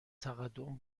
تقدم